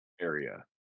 area